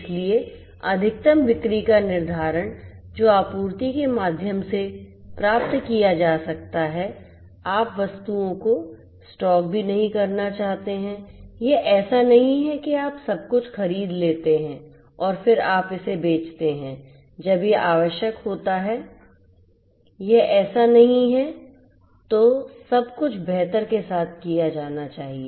इसलिए अधिकतम बिक्री का निर्धारण जो आपूर्ति के माध्यम से प्राप्त किया जा सकता है आप वस्तुओं को स्टॉक भी नहीं करना चाहते हैं यह ऐसा नहीं है कि आप सब कुछ खरीद लेते हैं और फिर आप इसे बेचते हैं जब यह आवश्यक होता है यह ऐसा नहीं है तो यह सब कुछ बेहतर के साथ किया जाना चाहिए